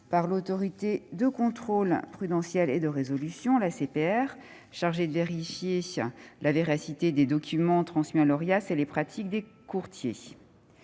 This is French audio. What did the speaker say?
de l'Autorité de contrôle prudentiel et de résolution, l'ACPR, chargée de vérifier la véracité des documents transmis à l'Orias et les pratiques des courtiers,